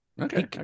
okay